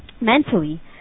mentally